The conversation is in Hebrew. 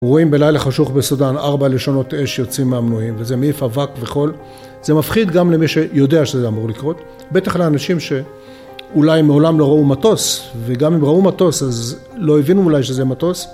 רואים בלילה חשוך בסודן ארבעה לשונות אש יוצאים מהמנועים, וזה מעיף אבק וחול, זה מפחיד גם למי שיודע שזה אמור לקרות, בטח לאנשים שאולי מעולם לא ראו מטוס, וגם אם ראו מטוס אז לא הבינו אולי שזה מטוס